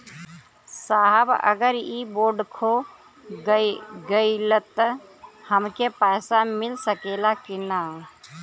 साहब अगर इ बोडखो गईलतऽ हमके पैसा मिल सकेला की ना?